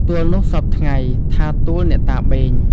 ទួលនោះសព្វថ្ងៃថា ទួលអ្នកតាបេង ។